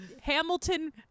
Hamilton